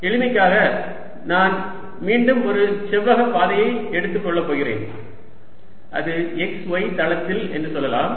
எளிமைக்காக நான் மீண்டும் ஒரு செவ்வக பாதையை எடுத்துக்கொள்ள போகிறேன் அது xy தளத்தில் என்று சொல்லலாம்